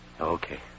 Okay